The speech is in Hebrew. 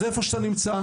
זה איפה שאתה נמצא,